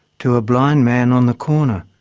to a blind man on the corner,